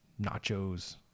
nachos